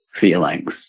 feelings